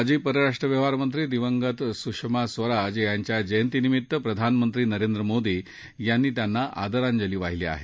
माजी परराष्ट्र व्यवहारमंत्री दिवंगत सुषमा स्वराज यांच्या जयंतीनिमीत्त प्रधानमंत्री नरेंद्र मोदी यांनी त्यांना आदरांजली वाहिली आहे